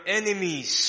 enemies